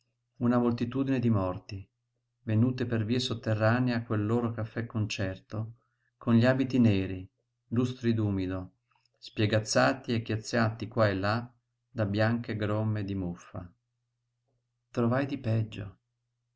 una moltitudine di morti venuti per vie sotterranee a quel loro caffè-concerto con gli abiti neri lustri d'umido spiegazzati e chiazzati qua e là da bianche gromme di muffa trovai di peggio